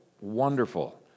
wonderful